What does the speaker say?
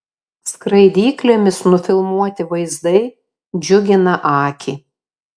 skraidyklėmis nufilmuoti vaizdai džiugina akį